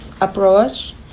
approach